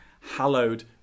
hallowed